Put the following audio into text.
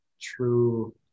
true